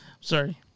Sorry